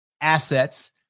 Assets